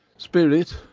spirit,